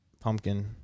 Pumpkin